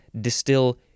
distill